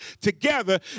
together